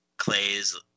clay's